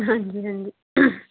ਹਾਂਜੀ ਹਾਂਜੀ